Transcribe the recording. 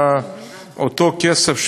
שאותו כסף,